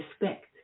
respect